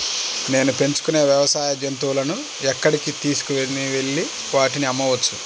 నేను పెంచుకొనే వ్యవసాయ జంతువులను ఎక్కడికి తీసుకొనివెళ్ళి వాటిని అమ్మవచ్చు?